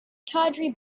tawdry